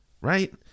right